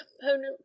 component